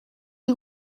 you